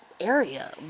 area